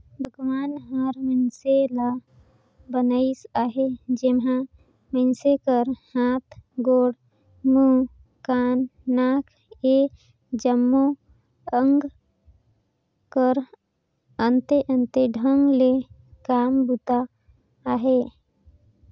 भगवान हर मइनसे ल बनाइस अहे जेम्हा मइनसे कर हाथ, गोड़, मुंह, कान, नाक ए जम्मो अग कर अन्ते अन्ते ढंग ले काम बूता अहे